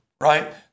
right